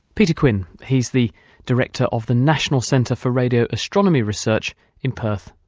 peter quinn. he's the director of the national centre for radio astronomy research in perth,